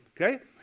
Okay